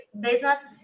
business